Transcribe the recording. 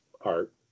art